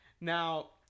Now